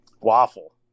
Waffle